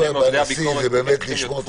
הרעיון בעניין הנשיא הוא באמת לשמור את